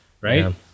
right